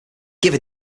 give